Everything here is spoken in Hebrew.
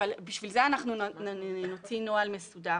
בשביל זה אנחנו נוציא נוהל מסודר,